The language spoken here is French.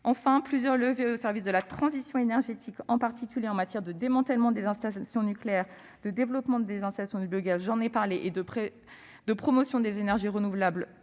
public. Plusieurs leviers au service de la transition énergétique, en particulier s'agissant du démantèlement des installations nucléaires, du développement des installations du biogaz et de la promotion des énergies renouvelables outre-mer,